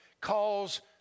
calls